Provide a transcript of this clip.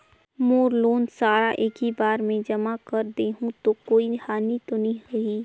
मोर loan सारा एकी बार मे जमा कर देहु तो कोई हानि तो नी होही?